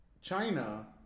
China